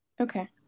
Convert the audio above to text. okay